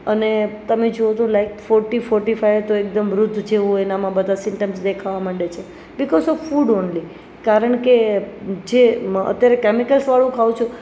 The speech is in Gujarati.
અને તમે જોવો તો લાઇક ફૌર્ટી ફૌર્ટી ફાયએ તો એકદમ વૃદ્ધ જેવો એનામાં બધા સીનટમસ દેખાવા માંડે છે બિકૌજ ઓફ ફૂડ ઓન્લી કારણકે જે અત્યારે કેમિકલ્સ વાળુ ખાઉ છું